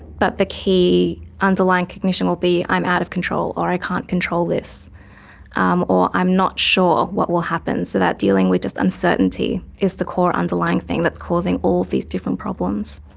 but the key underlying cognition will be i'm out of control or i can't control this um or i'm not sure what will happen, so that dealing with just uncertainty is the core underlying thing that is causing all these different problems.